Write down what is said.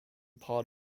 part